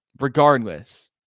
regardless